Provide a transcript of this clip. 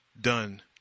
done